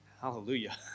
hallelujah